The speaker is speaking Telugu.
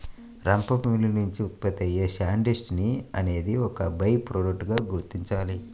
రంపపు మిల్లు నుంచి ఉత్పత్తి అయ్యే సాడస్ట్ ని అనేది ఒక బై ప్రొడక్ట్ గా గుర్తించాలి